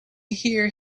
hear